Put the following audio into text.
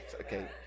Okay